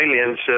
aliens